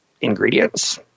ingredients